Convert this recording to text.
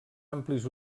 amplis